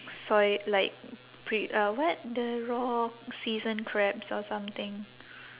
soy like pre uh what the raw seasoned crabs or something